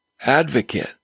advocate